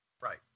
right